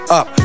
up